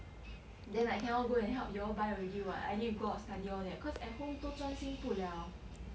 then like cannot go and help you all buy already what I need to go out study all that cause at home 都专心不了